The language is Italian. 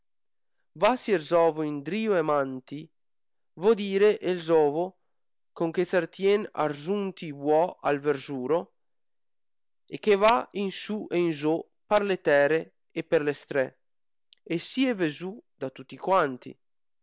va sier zovo indrio e manti vo dire el zovo con che s'artien arzunti i buò al verzuro e che va in su e in zo per le tere e per le strè e sì è vezù da tuti quanti